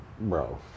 bro